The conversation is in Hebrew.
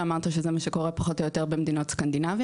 אמרת שזה מה שקורה פחות או יותר במדינות סקנדינביות,